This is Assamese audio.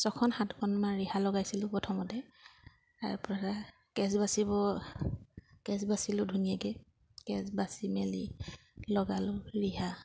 ছখন সাতখন মান ৰিহা লগাইছিলোঁ প্ৰথমতে তাৰপৰা কেঁচ বাছিব কেঁচ বাছিলোঁ ধুনীয়াকৈ কেঁচ বাছি মেলি লগালোঁ ৰিহা